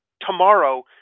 tomorrow